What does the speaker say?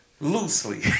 Loosely